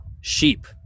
sheep